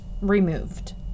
removed